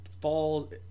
falls